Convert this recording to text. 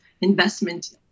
investment